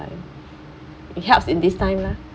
it helps in this time lah